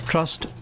Trust